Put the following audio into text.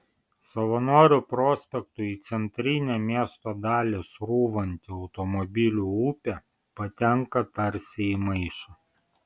savanorių prospektu į centrinę miesto dalį srūvanti automobilių upė patenka tarsi į maišą